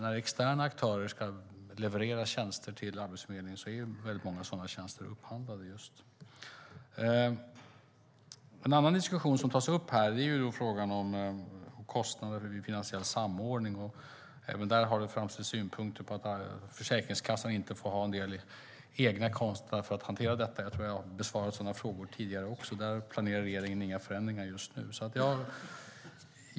När externa aktörer ska leverera tjänster till Arbetsförmedlingen är många sådana tjänster just upphandlade. En annan diskussion som tas upp här gäller frågan om kostnader vid finansiell samordning. Även där har det framförts synpunkter på att Försäkringskassan inte får ha egna kostnader för att hantera detta. Jag tror att jag har besvarat sådana frågor tidigare också. Där planerar regeringen inga förändringar just nu.